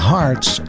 Hearts